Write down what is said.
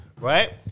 Right